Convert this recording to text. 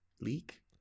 leak